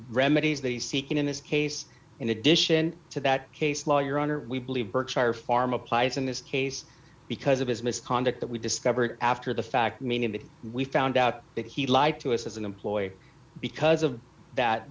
remedies the seeking in this case in addition to that case law your honor we believe berkshire farm applies in this case because of his misconduct that we discovered after the fact meaning that we found out that he lied to us as an employee because of that